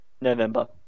November